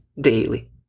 daily